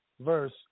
verse